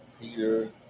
Peter